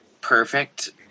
perfect